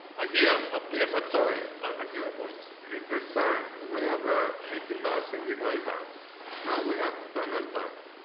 i hear. um yes i'm sorry i hear a voice. mr. sanders, we have a mickey mouse in the white house now we have a donald duck.